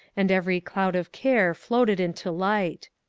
and every cloud of care floated into light.